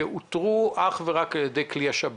שאותרו אך ורק על ידי כלי השב"כ.